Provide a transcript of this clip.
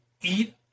eat